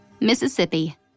Mississippi